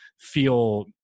feel